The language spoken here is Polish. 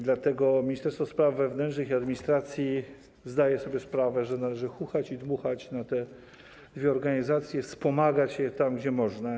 Dlatego Ministerstwo Spraw Wewnętrznych i Administracji zdaje sobie sprawę, że należy chuchać i dmuchać na te dwie organizacje i wspomagać je tam, gdzie można.